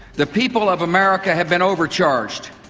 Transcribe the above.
the people of america have been overcharged.